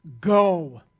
go